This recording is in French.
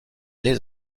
les